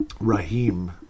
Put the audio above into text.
Raheem